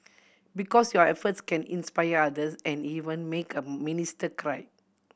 because your efforts can inspire others and even make a minister cry